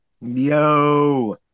Yo